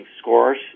scores